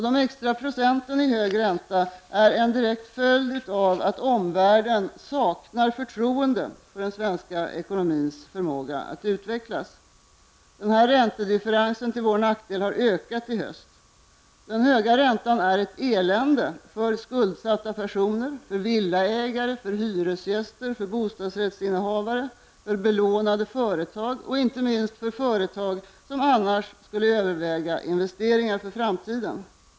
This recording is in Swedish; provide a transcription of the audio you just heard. De extra procenten i hög ränta är en direkt följd av att omvärlden saknar förtroende för den svenska ekonomins förmåga att utvecklas. Räntedifferensen till vår nackdel har ökat i höst. Den höga räntan är ett elände för skuldsatta personer, för villaägare, för hyresgäster, för bostadsrättsinnehavare, för belånade företag och inte minst för företag som annars hade övervägt investeringar för framtiden.